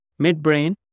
midbrain